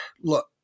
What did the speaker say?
look